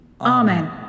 Amen